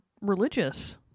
religious